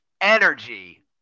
energy